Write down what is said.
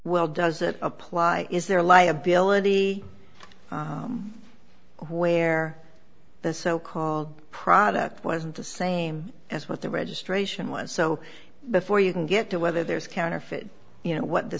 well does it apply is there a liability where the so called product wasn't the same as what the registration was so before you can get to whether there's counterfeit you know what the